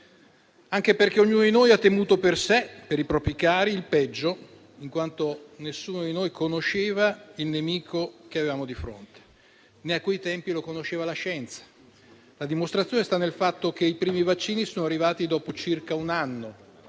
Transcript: anche perché ognuno di noi ha temuto il peggio per sé e per i propri cari, in quanto nessuno di noi conosceva il nemico che aveva di fronte, né a quei tempi lo conosceva la scienza. La dimostrazione sta nel fatto che i primi vaccini sono arrivati dopo circa un anno;